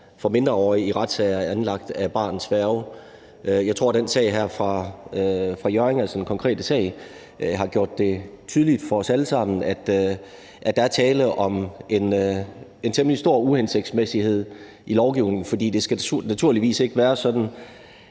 for mindreårige i retssager anlagt af barnets værge. Jeg tror, at den sag her fra Hjørring, altså den konkrete sag, har gjort det tydeligt for os alle sammen, at der er tale om en temmelig stor uhensigtsmæssighed i lovgivningen, for det skal naturligvis ikke være sådan,